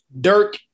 Dirk